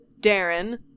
darren